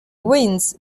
winds